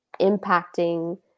impacting